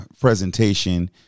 presentation